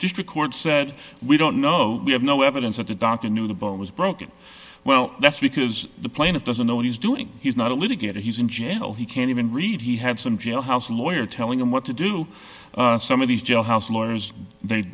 district court said we don't know we have no evidence that the doctor knew the boat was broken well that's because the plaintiff doesn't know what he's doing he's not a litigator he's in jail he can't even read he had some jailhouse lawyer telling him what to do some of these jailhouse lawyers